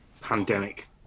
Pandemic